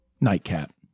Nightcap